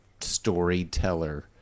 storyteller